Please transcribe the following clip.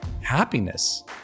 happiness